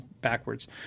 backwards